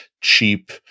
cheap